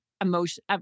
emotion